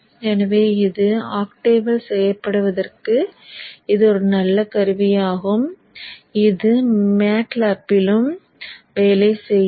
எனவே இது ஆக்டேவில் செய்யப்படுவதற்கு இது ஒரு நல்ல கருவியாகும் இது மேட் லேப் யிலும் வேலை செய்யும்